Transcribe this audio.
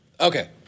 Okay